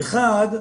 אחד,